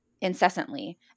incessantly